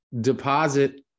deposit